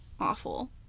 Awful